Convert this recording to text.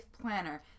Planner